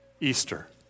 Easter